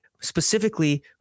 specifically